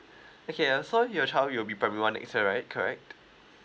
okay uh so your child will be primary one next year right correct